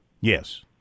Yes